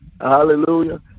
hallelujah